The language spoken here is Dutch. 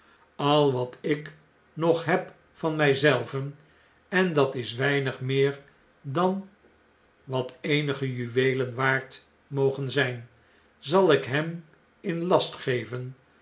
al wat ik nog heb van mij zelve en dat is weinig meer dan wat eenige juweelen waard mogen zyn zal ik hem in last geven